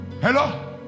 Hello